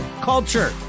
culture